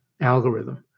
algorithm